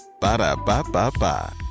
Ba-da-ba-ba-ba